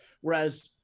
whereas